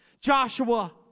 Joshua